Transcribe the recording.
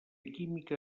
química